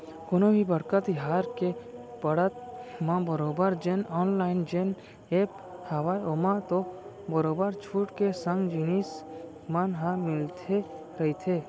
कोनो भी बड़का तिहार के पड़त म बरोबर जेन ऑनलाइन जेन ऐप हावय ओमा तो बरोबर छूट के संग जिनिस मन ह मिलते रहिथे